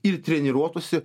ir treniruotųsi